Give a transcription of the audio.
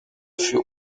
fut